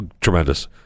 tremendous